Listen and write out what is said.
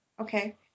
Okay